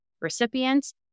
recipients